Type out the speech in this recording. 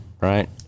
right